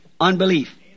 Unbelief